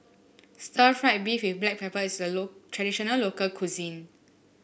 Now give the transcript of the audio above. Stir Fried Beef with Black Pepper is a traditional local cuisine